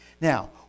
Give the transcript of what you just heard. Now